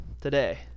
today